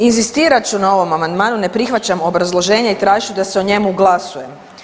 Inzistirat ću na ovom amandmanu, ne prihvaćam obrazloženje i tražit ću da se o njemu glasuje.